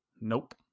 Nope